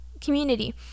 community